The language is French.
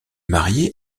mariée